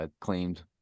claimed